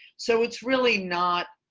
so it's really not.